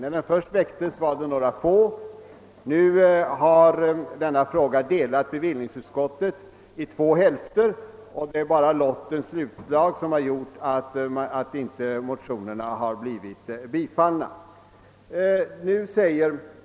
När den först väcktes var det några få som stod bakom den; nu har frågan delat bevillningsutskottet i två hälfter, och det är endast lottens utslag som gjort att motionerna inte blivit tillstyrkta.